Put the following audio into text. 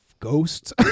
Ghosts